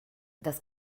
das